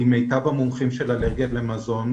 עם מיטב המומחים של אלרגיה למזון.